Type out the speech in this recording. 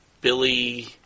Billy